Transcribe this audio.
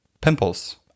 pimples